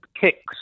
kicks